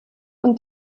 und